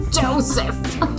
joseph